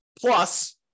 Plus